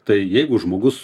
tai jeigu žmogus